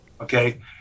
Okay